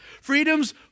Freedoms